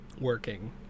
working